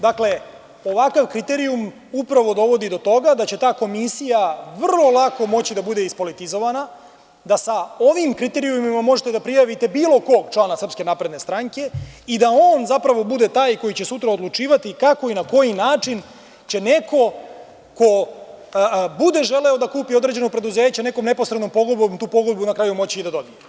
Dakle, ovakav kriterijum upravo dovodi do toga da će ta komisija vrlo lako moći da bude ispolitizovana, da sa ovim kriterijumima možete da prijavite bilo kog člana SNS i da on bude taj koji će sutra odlučivati kako i na koji način će neko ko bude želeo da kupi određeno preduzeće, nekom neposrednom pogodbom, tu pogodbu će na kraju moći da dobije.